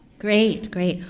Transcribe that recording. great. great.